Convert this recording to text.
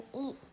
eat